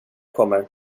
kommer